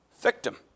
Victim